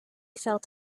felt